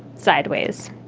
sideways